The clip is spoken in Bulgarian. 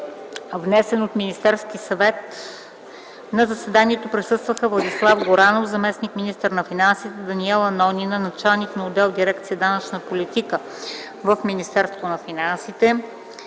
внесен от Министерския съвет. На заседанието присъстваха: Владислав Горанов - заместник министър на финансите, Даниела Нонина - началник на отдел в дирекция „Данъчна политика” в Министерството на финансите,